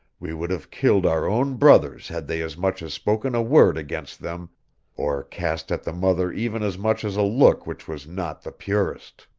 we would have killed our own brothers had they as much as spoken a word against them or cast at the mother even as much as a look which was not the purest.